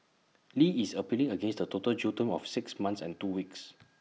li is appealing against the total jail term of six months and two weeks